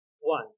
one